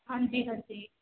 ਹਾਂਜੀ ਹਾਂਜੀ